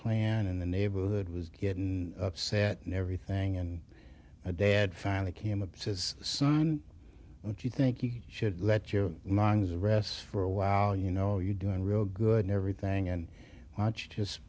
plannin the neighborhood was getting upset and everything and a dad finally came a says son do you think you should let your minds rest for a while you know you're doing real good in everything and watch just